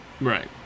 Right